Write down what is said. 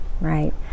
Right